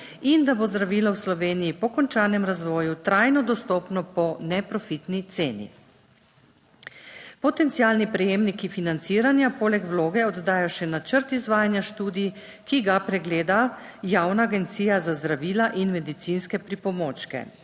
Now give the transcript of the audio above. In da bo zdravilo v Sloveniji po končanem razvoju trajno dostopno po neprofitni ceni. Potencialni prejemniki financiranja poleg vloge oddajo še načrt izvajanja študij, ki ga pregleda javna agencija za zdravila in medicinske pripomočke.